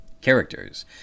Characters